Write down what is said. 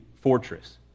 fortress